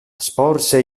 sporse